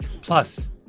Plus